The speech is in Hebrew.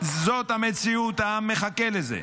זאת המציאות, העם מחכה לזה.